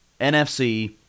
NFC